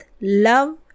love